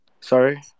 Sorry